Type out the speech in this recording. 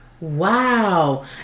Wow